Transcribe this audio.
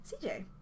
CJ